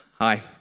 hi